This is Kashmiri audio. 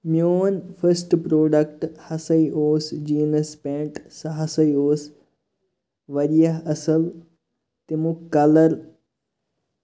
میون فٔسٹ پروڈَکٹ ہَسا اوس جیٖنٔز پینٹ سُہ ہسا اوس واریاہ اَصٕل تَمیُک کَلر